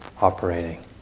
operating